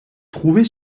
trouvée